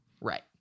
Right